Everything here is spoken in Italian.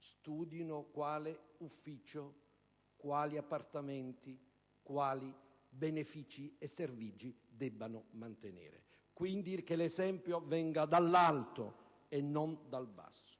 studino quale ufficio, quali appartamenti, quali benefici e servigi debbano mantenere. Quindi, che l'esempio venga dall'alto e non dal basso